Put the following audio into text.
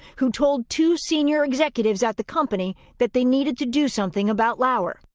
who told two senior executives at the company that they needed to do something about louer.